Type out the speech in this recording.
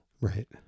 Right